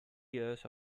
years